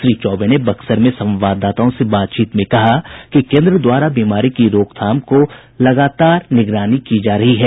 श्री चौबे ने बक्सर में संवाददाताओं से बातचीत में कहा कि केंद्र द्वारा बीमारी की रोकथाम को लेकर लगातार निगरानी की जा रही है